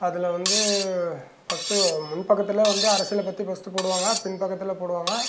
அதில் வந்து ஃபர்ஸ்ட்டு முன் பக்கதில் வந்து அரசியலை பற்றி ஃபர்ஸ்ட்டு போடுவாங்க பின் பக்கத்தில் போடுவாங்க